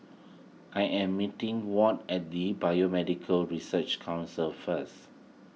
I am meeting Ward at the Biomedical Research Council first